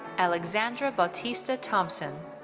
alexandra bautista thompson.